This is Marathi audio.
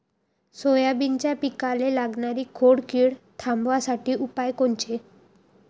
सोयाबीनच्या पिकाले लागनारी खोड किड थांबवासाठी उपाय कोनचे?